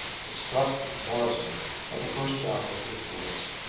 distrusted morrison at the first sound of his voice.